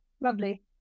Lovely